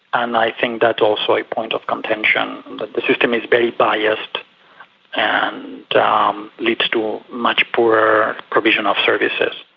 and i think that's also a point of contention, that but the system is very biased and um leads to much poorer provision of services.